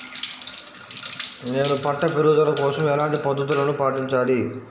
నేను పంట పెరుగుదల కోసం ఎలాంటి పద్దతులను పాటించాలి?